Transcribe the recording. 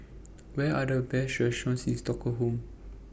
What Are The Best restaurants in Stockholm